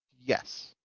Yes